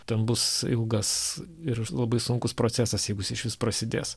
ten bus ilgas ir labai sunkus procesas jeigu jis išvis prasidės